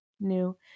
new